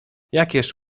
jakież